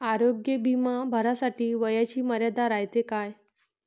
आरोग्य बिमा भरासाठी वयाची मर्यादा रायते काय?